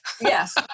Yes